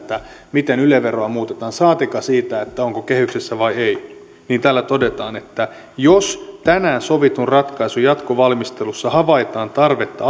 miten yle veroa muutetaan saatikka siitä onko kehyksessä vai ei täällä todetaan että jos sovitun ratkaisun jatkovalmistelussa havaitaan tarvetta